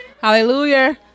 Hallelujah